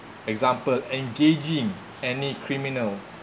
example engaging any criminal